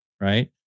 Right